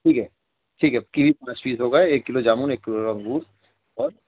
ٹھیک ہے ٹھیک ہے کیوی پانچ پیس ہو گئے ایک کلو جامن ایک کلو انگور اور